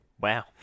Wow